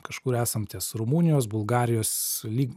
kažkur esam ties rumunijos bulgarijos lyg